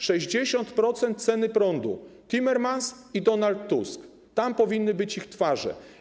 60% ceny prądu, Timmermans i Donald Tusk - tam powinny być ich twarze.